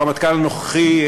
והרמטכ"ל הנוכחי,